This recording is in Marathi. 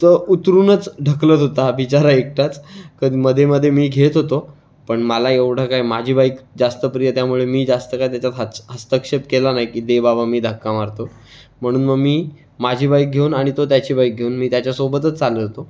तो उतरूनच ढकलत होता बिचारा एकटाच कधी मध्ये मध्ये मी घेत होतो पण मला एवढं काय माझी बाईक जास्त प्रिय त्यामुळे मी जास्त काय त्याच्यात हाच हस्तक्षेप केला नाही की दे बाबा मी धक्का मारतो म्हणून मग मी माझी बाईक घेऊन आणि तो त्याची बाईक घेऊन मी त्याच्यासोबतच चालत होतो